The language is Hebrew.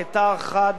כתער חד,